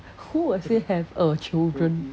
who will say have a children